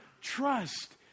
trust